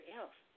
else